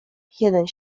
jeden